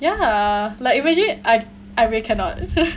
ya like imagine I I really cannot